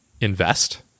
invest